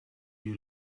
you